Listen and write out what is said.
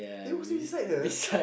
it was beside her